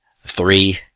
Three